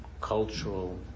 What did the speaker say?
cultural